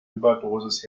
überdosis